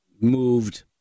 moved